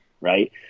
right